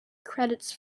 credits